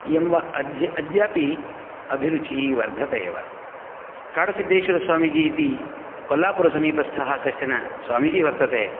इयं वा अद्यापि अभिरुचिः वर्धते एव काडसिद्धेश्वरस्वामीजी इति कोल्लापुरसमीपस्थः कश्चन स्वामिजी वर्तते